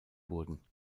wurden